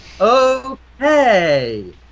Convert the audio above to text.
Okay